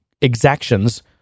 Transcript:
exactions